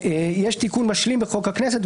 יש תיקון משלים בחוק הכנסת,